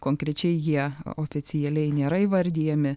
konkrečiai jie oficialiai nėra įvardijami